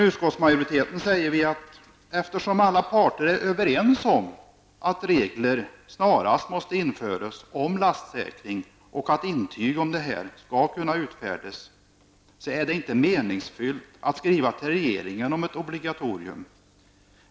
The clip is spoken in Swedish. Utskottsmajoriteten säger att eftersom alla parter är överens om att regler snarast måste införas om lastsäkring och att intyg om det skall kunna införas är det inte meningsfullt att skriva till regeringen om ett obligatorium.